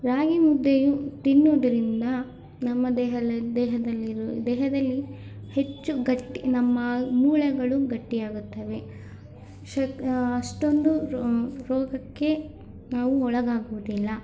ರಾಗಿ ಮುದ್ದೆಯು ತಿನ್ನೋದರಿಂದ ನಮ್ಮ ದೇಹಲಿನ್ ದೇಹದಲ್ಲಿರೋ ದೇಹದಲ್ಲಿ ಹೆಚ್ಚು ಗಟ್ಟಿ ನಮ್ಮ ಮೂಳೆಗಳು ಗಟ್ಟಿಯಾಗುತ್ತವೆ ಶಕ್ ಅಷ್ಟೊಂದು ರೋ ರೋಗಕ್ಕೆ ನಾವು ಒಳಗಾಗುವುದಿಲ್ಲ